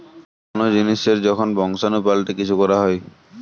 কোন জিনিসের যখন বংশাণু পাল্টে কিছু করা হয়